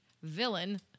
Villain